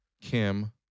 Kim